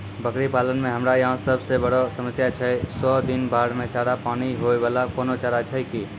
बकरी पालन मे हमरा यहाँ सब से बड़ो समस्या छै सौ दिन बाढ़ मे चारा, पानी मे होय वाला कोनो चारा छै कि?